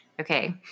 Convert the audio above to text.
Okay